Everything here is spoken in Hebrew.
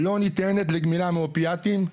לא ניתנת לגמילה מאופיאטים,